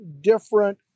different